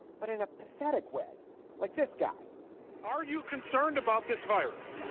but in a pathetic way like this guy are you concerned about this virus?